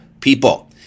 people